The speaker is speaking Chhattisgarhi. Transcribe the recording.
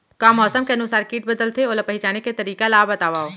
का मौसम के अनुसार किट बदलथे, ओला पहिचाने के तरीका ला बतावव?